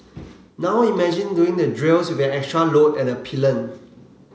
now imagine doing the drills with an extra load and a pillion